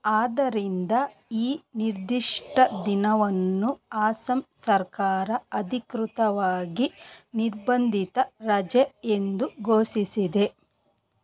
ಆದ್ದರಿಂದ ಈ ನಿರ್ದಿಷ್ಟ ದಿನವನ್ನು ಆಸ್ಸಂ ಸರ್ಕಾರ ಅಧಿಕೃತವಾಗಿ ನಿರ್ಬಂಧಿತ ರಜೆ ಎಂದು ಘೋಷಿಸಿದೆ